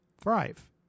thrive